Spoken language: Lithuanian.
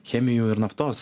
chemijų ir naftos